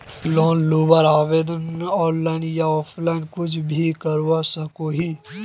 Loan लुबार आवेदन online या ऑफलाइन कुछ भी करवा सकोहो ही?